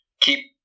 keep